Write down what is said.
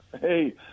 Hey